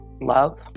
love